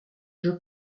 jeux